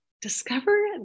discover